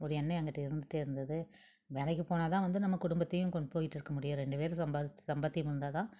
ஒரு எண்ணம் எங்கிட்ட இருந்துகிட்டே இருந்துது வேலைக்குப் போனா தான் வந்து நம்ம குடும்பத்தையும் கொண்டு போயிட்டுருக்க முடியும் ரெண்டு பேரும் சம்பாதிச்சு சம்பாத்தியம் இருந்தா தான்